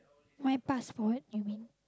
my passport you mean